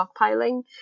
stockpiling